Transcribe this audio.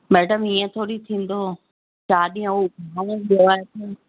madam ईअं थोरी थींदो चार ॾींहुं हो